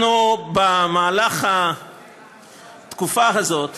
במהלך התקופה הזאת